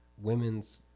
women's